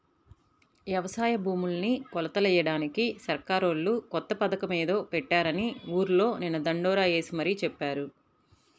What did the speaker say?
యవసాయ భూముల్ని కొలతలెయ్యడానికి సర్కారోళ్ళు కొత్త పథకమేదో పెట్టారని ఊర్లో నిన్న దండోరా యేసి మరీ చెప్పారు